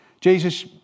Jesus